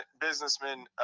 businessman